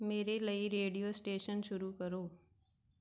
ਮੇਰੇ ਲਈ radio station ਸ਼ੁਰੂ ਕਰੋ